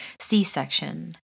C-section